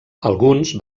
alguns